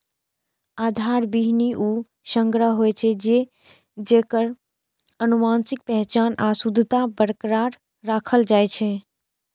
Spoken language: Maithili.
आधार बीहनि ऊ संग्रह होइ छै, जेकर आनुवंशिक पहचान आ शुद्धता बरकरार राखल जाइ छै